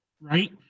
right